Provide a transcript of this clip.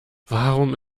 warum